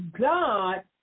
God